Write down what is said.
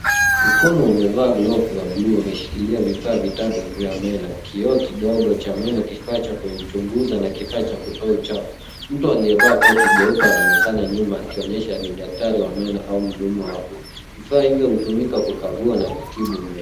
Mkono umevaa glovu ya buluu, umeshikilia vifaa vitatu vya meno, kioo kidogo cha meno, kifaa cha kuchunguza na kifaa cha kutoa uchafu. Mtu aliyevaa koti jeupe anaonekana nyuma akionyesha ni daktari wa meno au mhudumu wa afya. Vifaa hivyo hutumika kukagua na kutibu meno.